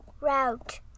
Route